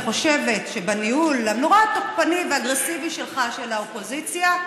אני חושבת שבניהול הנורא-תוקפני ואגרסיבי שלך של האופוזיציה,